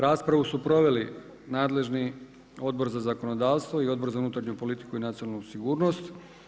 Raspravu su proveli nadležni Odbor za zakonodavstvo i Odbor za unutarnju politiku i nacionalnu sigurnost.